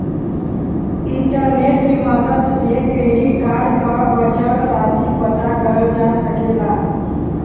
internet के मदद से क्रेडिट कार्ड क बचल राशि पता करल जा सकला